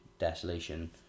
desolation